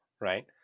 right